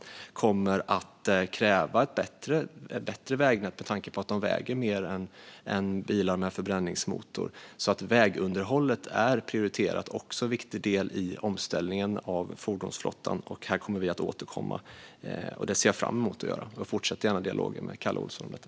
Det kommer att krävas ett bättre vägnät, eftersom de väger mer än bilar med förbränningsmotor. Att vägunderhållet är prioriterat är alltså också en viktig del i omställningen av fordonsflottan. Vi kommer att återkomma. Jag ser fram emot det. Jag fortsätter gärna dialogen med Kalle Olsson.